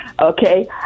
Okay